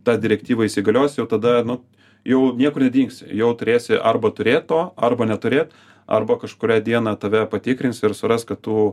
ta direktyva įsigalios jau tada nu jau niekur nedingsi jau turėsi arba turėt to arba neturėt arba kažkurią dieną tave patikrins ir suras kad tu